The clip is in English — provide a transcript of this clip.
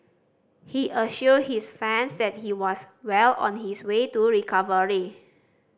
he assured his fans that he was well on his way to recovery